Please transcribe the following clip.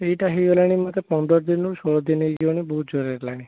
ଏଇଟା ହେଇଗଲାଣି ମୋର ପନ୍ଦର ଦିନରୁ ଷୋହଳ ଦିନ ହେଇଯିବନି ବହୁତ୍ ଜୋରେ ହେଲାଣି